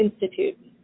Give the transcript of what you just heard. Institute